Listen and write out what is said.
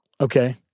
Okay